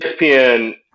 ESPN